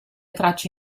tracce